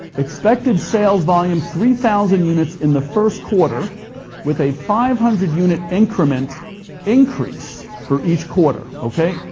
expected sales volume, three thousand units in the first quarter with a five hundred unit increment increase for each quarter. okay?